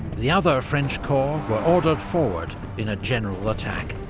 the other french corps were ordered forward in a general attack.